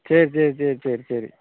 சரி சரி சரி சரி சரி